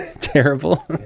terrible